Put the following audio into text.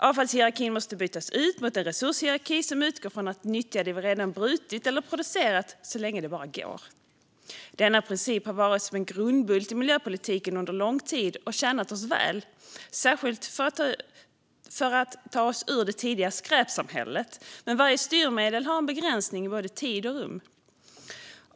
Avfallshierarkin måste bytas ut mot en resurshierarki som utgår från att vi ska nyttja det vi redan brutit eller producerat så länge det bara går. Denna princip har varit en grundbult i miljöpolitiken under lång tid och har tjänat oss väl, särskilt för att ta oss ur det tidigare skräpsamhället, men varje styrmedel har en begränsning i både tid och rum.